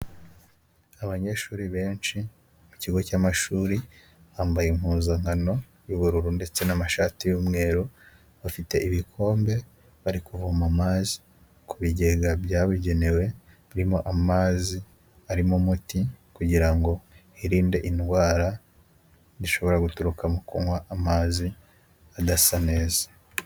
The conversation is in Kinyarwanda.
Abanyeshuri benshi mu kigo cy'amashuri bambaye impuzankano y'ubururu ndetse n'amashati y'umweru. Bafite ibikombe bari kuvoma amazi ku bigega byabugenewe birimo amazi arimo umuti, kugira ngo hirinde indwara zishobora guturuka mu kunywa amazi adasa neza.